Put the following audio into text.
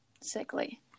sickly